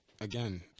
Again